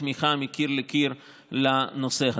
תמיכה מקיר לקיר לנושא הזה.